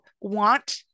want